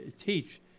teach